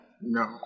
no